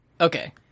Okay